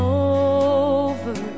over